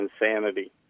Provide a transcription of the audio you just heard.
insanity